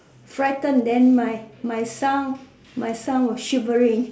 frighten then my my sound my sound was shivering